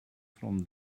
from